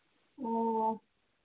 ꯑꯣ